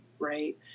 Right